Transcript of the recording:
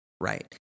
Right